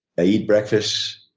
i eat breakfast,